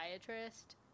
psychiatrist